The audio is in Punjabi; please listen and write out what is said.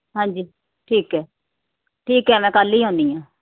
ਹਾਂਜੀ ਠੀਕ ਹੈ ਠੀਕ ਹੈ ਮੈਂ ਕੱਲ੍ਹ ਹੀ ਆਉਂਦੀ ਹਾਂ